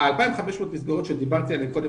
ה-2,500 מסגרות שדיברתי עליהן קודם,